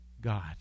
God